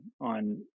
on